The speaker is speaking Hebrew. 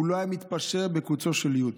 הוא לא היה מתפשר על קוצו של יו"ד.